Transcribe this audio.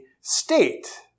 state